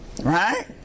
Right